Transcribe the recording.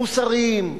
מוסריים,